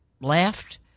left